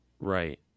Right